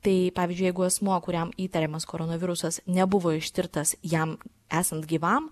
tai pavyzdžiui jeigu asmuo kuriam įtariamas koronavirusas nebuvo ištirtas jam esant gyvam